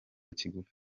kigufi